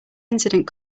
incident